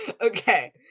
Okay